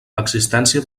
existència